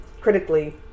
critically